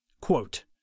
Quote